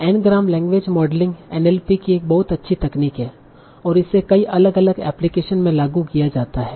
N gram language modelling NLP की एक बहुत अच्छी तकनीक है और इसे कई अलग अलग एप्लीकेशनस में लागू किया जाता है